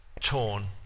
torn